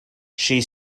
she